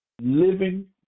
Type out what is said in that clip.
living